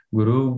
Guru